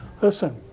Listen